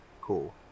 Cool